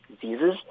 diseases